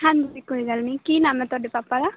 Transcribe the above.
ਹਾਂਜੀ ਕੋਈ ਗੱਲ ਨਹੀਂ ਕੀ ਨਾਮ ਹੈ ਤੁਹਾਡੇ ਪਾਪਾ ਦਾ